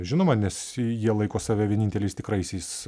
žinoma nes jie laiko save vieninteliais tikraisiais